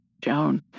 Joan